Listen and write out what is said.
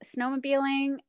snowmobiling